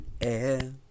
air